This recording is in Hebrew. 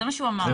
זה מה שהוא אמר.